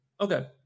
Okay